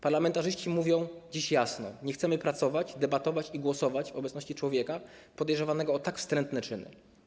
Parlamentarzyści mówią dziś jasno: nie chcemy pracować, debatować i głosować w obecności człowieka podejrzewanego o tak wstrętne czyny.